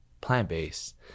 plant-based